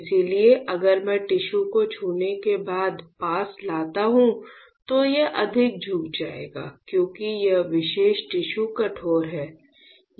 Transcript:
इसलिए अगर मैं टिश्यू को छूने के बाद पास लाता हूं तो यह अधिक झुक जाएगा क्योंकि यह विशेष टिश्यू कठोर है